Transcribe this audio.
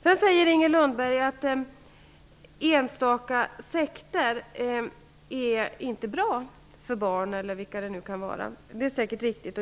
Sedan säger Inger Lundberg att det finns enstaka sekter som inte är bra för barnen. Det är säkert riktigt.